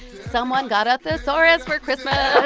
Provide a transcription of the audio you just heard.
someone got a thesaurus for christmas